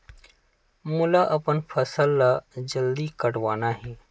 मोला अपन फसल ला जल्दी कटवाना हे?